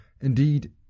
Indeed